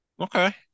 Okay